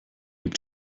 gibt